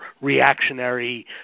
reactionary